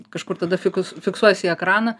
kažkur tada fikus fiksuojas į ekraną